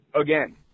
again